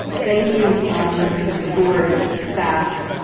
thank you members of the board, the staff,